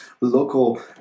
local